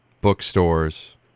bookstores